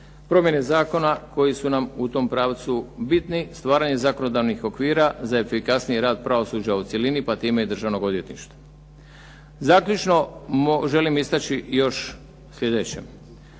promjene Zakona koji su nam u tom pravcu bitni, stvaranje zakonodavnih okvira za efikasniji rad pravosuđa u cjelini pa time i Državnog odvjetništva. Zaključno želim istaći još sljedeće.